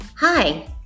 Hi